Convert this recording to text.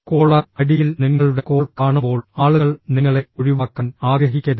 collar ഐഡിയിൽ നിങ്ങളുടെ call കാണുമ്പോൾ ആളുകൾ നിങ്ങളെ ഒഴിവാക്കാൻ ആഗ്രഹിക്കരുത്